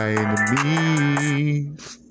enemies